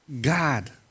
God